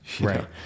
Right